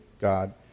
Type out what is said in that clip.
God